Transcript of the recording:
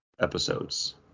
episodes